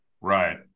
Right